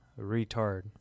retard